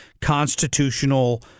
constitutional